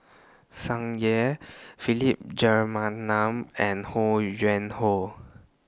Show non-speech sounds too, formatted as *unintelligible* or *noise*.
Tsung Yeh Philip *unintelligible* and Ho Yuen Hoe